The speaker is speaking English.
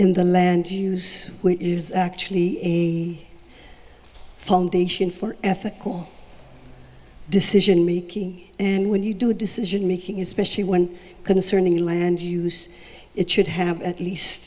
in the land use which is actually a foundation for ethical decision making and when you do decision making is specially when concerning land use it should have at least